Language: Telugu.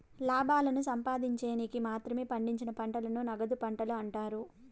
లాభాలను సంపాదిన్చేకి మాత్రమే పండించిన పంటలను నగదు పంటలు అంటారు